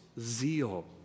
zeal